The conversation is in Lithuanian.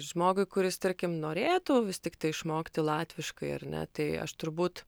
žmogui kuris tarkim norėtų vis tiktai išmokti latviškai ar ne tai aš turbūt